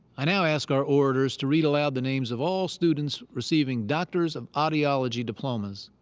i now ask our orators to read aloud the names of all students receiving doctors of audiology diplomas.